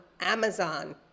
Amazon